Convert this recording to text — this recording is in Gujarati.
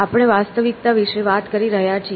આપણે વાસ્તવિકતા વિશે વાત કરી રહ્યા છીએ